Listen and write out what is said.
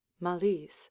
malise